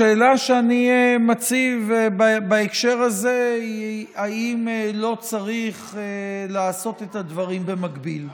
השאלה שאני מציב בהקשר הזה היא אם לא צריך לעשות את הדברים במקביל,